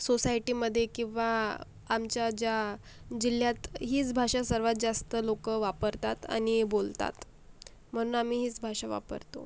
सोसायटीमध्ये किंवा आमच्या ज्या जिल्ह्यात हीच भाषा सर्वांत जास्त लोक वापरतात आणि बोलतात म्हणून आम्ही हीच भाषा वापरतो